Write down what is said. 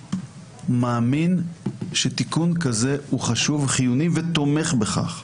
מאמין שתיקון כזה הוא חשוב וחיוני ותומך בכך.